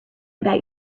about